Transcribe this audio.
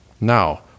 Now